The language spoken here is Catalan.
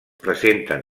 presenten